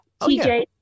TJ